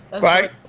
Right